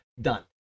done